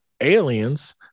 aliens